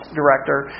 director